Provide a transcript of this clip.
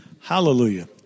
Hallelujah